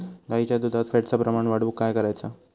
गाईच्या दुधात फॅटचा प्रमाण वाढवुक काय करायचा?